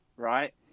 Right